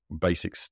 basic